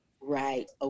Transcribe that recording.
Right